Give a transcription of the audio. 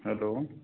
hello